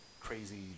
crazy